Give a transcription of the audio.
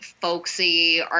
folksy